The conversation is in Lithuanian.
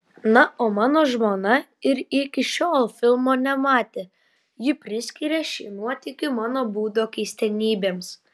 na o mano žmona ir iki šiol filmo nematė ji priskiria šį nuotykį mano būdo keistenybėms